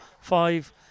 five